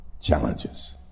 challenges